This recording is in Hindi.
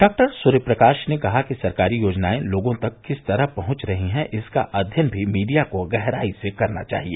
डॉ सूर्य प्रकाश ने कहा कि सरकारी योजनाएं लोगों तक किस तरह पहुंच रही हैं इसका अध्ययन भी मीडिया को गहराई से करना चाहिए